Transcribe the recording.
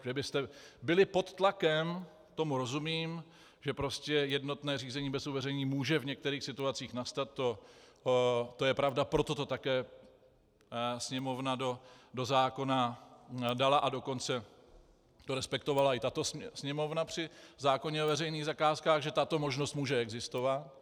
Kdybyste byli pod tlakem, tomu rozumím, že prostě jednotné řízení bez uveřejnění může v některých situacích nastat, to je pravda, proto to také Sněmovna do zákona dala, a dokonce to respektovala tato Sněmovna při zákoně o veřejných zakázkách, že tato možnost může existovat.